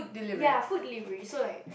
ya food delivery so like